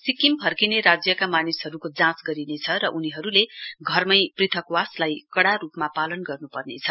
सिक्किम फ्रकिने राज्यका मानिसहरूको जाँच गरिनेछ र उनीहरूले घरमै पृथकवासलाई कडा रूपमा पालन गर्न्पर्नेछ